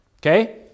Okay